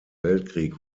weltkrieg